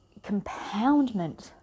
compoundment